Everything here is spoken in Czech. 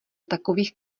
takových